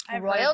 Royal